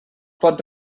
pot